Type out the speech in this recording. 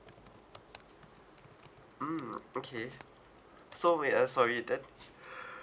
mm okay so wait uh sorry that